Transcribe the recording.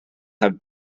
have